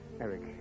Eric